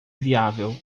viável